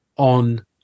on